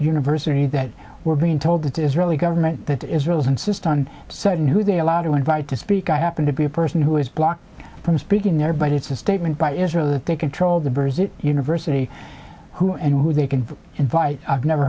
university that we're being told that israeli government that israel's insist on certain who they allow to invited to speak i happen to be a person who is blocked from speaking there but it's a statement by israel that they control the university who and who they can invite i've never